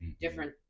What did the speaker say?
different